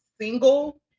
single